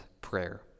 prayer